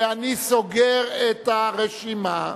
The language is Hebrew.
ואני סוגר את הרשימה.